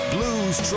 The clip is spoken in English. Blues